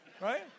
right